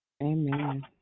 Amen